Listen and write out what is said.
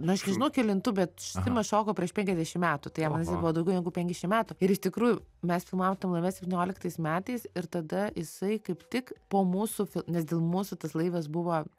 na aš nežinau kelintų bet simas šoko prieš penkiasdešimt metų tai vadinasi daugiau negu penkiasdešimt metų ir iš tikrųjų mes filmavom tam laive septynioliktais metais ir tada jisai kaip tik po mūsų nes dėl mūsų tas laivas buvo